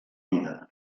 vida